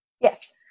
Yes